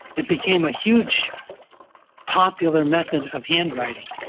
it became a huge popular method of handwriting.